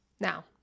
Now